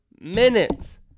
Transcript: minutes